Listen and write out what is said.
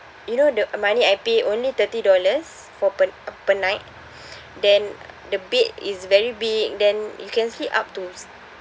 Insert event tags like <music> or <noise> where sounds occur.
you know the uh money I pay only thirty dollars for per per night <breath> then the bed is very big then you can sleep up to